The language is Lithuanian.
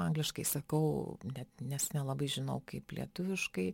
angliškai sakau net nes nelabai žinau kaip lietuviškai